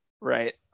Right